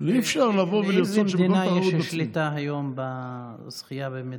לאיזה מדינה יש שליטה בזכייה במדליות?